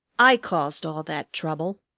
i caused all that trouble.